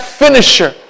finisher